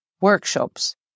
workshops